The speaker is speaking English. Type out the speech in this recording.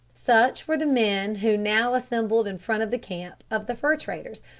such were the men who now assembled in front of the camp of the fur-traders,